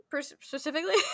specifically